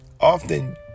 Often